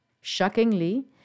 Shockingly